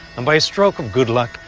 and by a stroke of good luck,